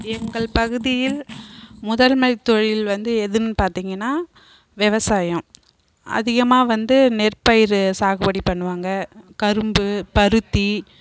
எங்கள் பகுதியில் முதன்மை தொழில் வந்து எதுன்னு பார்த்தீங்கனா விவசாயம் அதிகமாக வந்து நெற்பயிர் சாகுபடி பண்ணுவாங்க கரும்பு பருத்தி